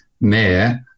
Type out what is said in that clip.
mayor